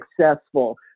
successful